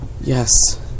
Yes